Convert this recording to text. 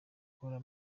gutora